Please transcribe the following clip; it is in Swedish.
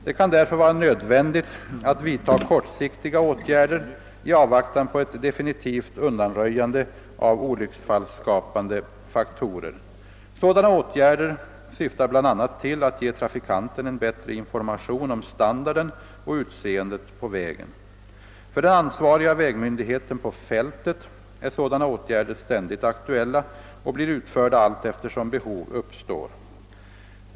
Det kan därför vara nödvändigt att vidta kortsiktiga åtgärder i avvaktan på ett definitivt undanröjande av olycksfallsskapande faktorer. Sådana åtgärder syftar bl.a. till att ge trafikanten en bättre information om standarden och utseendet på vägen. För den ansvariga vägmyndigheten på fältet är sådana åtgärder ständigt aktuella och blir utförda allteftersom behov uppstår.